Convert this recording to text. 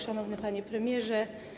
Szanowny Panie Premierze!